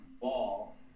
ball